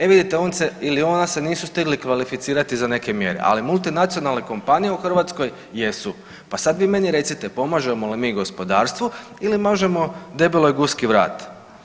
E vidite, on se ili ona se nisu stigli kvalificirati za neke mjere, ali mulitnacionalne kompanije u Hrvatskoj jesu, pa sad vi meni recite, pomažemo li mi gospodarstvu ili mažemo debeloj guski vrat?